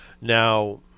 Now